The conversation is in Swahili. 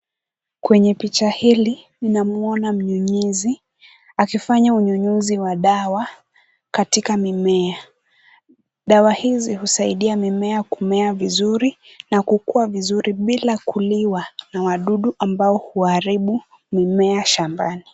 Kwenye picha hili namwona mnyunyizi akifanya unyunyizi wa dawa katika mimea. Dawa hizi husaidia mimea kumea vizuri na kukua vizuri bila kuliwa na wadudu ambao huaribu mimea shambani.